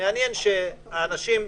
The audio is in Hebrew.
מעניין שאנשים לפעמים,